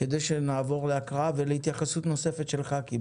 לשמוע ולעבור להקראה ולהתייחסות נוספת של חברי כנסת.